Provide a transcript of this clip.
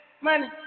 money